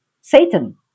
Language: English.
Satan